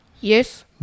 Yes